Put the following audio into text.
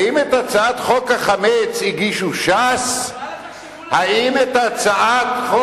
האם את הצעת חוק החמץ הגישו ש"ס, נראה לך,